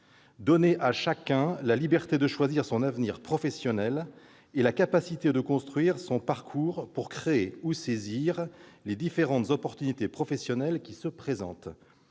donner à chacun la liberté de choisir son avenir professionnel et la capacité de construire son parcours, pour créer ou saisir les différentes opportunités professionnelles qui se présentent